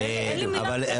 אין לי מילה אחרת .